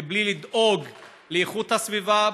בלי לדאוג לאיכות הסביבה,